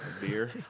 Beer